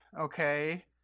okay